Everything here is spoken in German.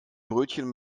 brötchen